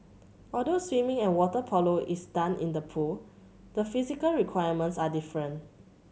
although swimming and water polo are done in the pool the physical requirements are different